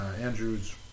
Andrew's